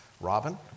Robin